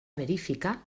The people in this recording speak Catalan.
verificar